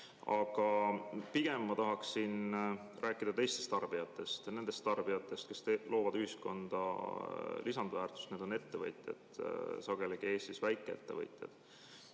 Aga pigem ma tahaksin rääkida teistest tarbijatest ja nendest tarbijatest, kes loovad ühiskonda lisandväärtust – need on ettevõtjad, Eestis sageli väikeettevõtjad.